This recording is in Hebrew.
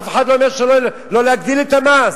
אף אחד לא אומר שלא להגדיל את המס,